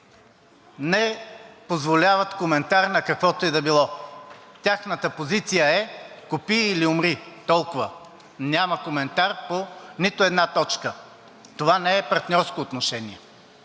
не позволяват коментар на каквото и да било. Тяхната позиция е купи или умри. Толкова! Няма коментар по нито една точка. Това не е партньорско отношение.